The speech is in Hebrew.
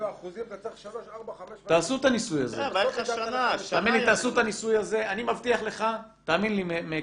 אני מבטיח לך, תאמין לי, מהיכרות,